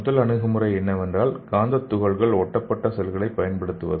முதல் அணுகுமுறை என்னவென்றால் காந்தத் துகள்கள் ஒட்டப்பட்ட செல்களை பயன்படுத்துவது